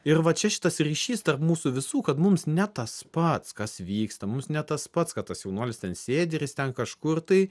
ir va čia šitas ryšys tarp mūsų visų kad mums ne tas pats kas vyksta mums ne tas pats kad tas jaunuolis ten sėdi ir jis ten kažkur tai